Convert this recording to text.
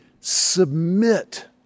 submit